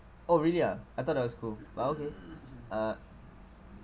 oh really ah I thought that was cool but okay uh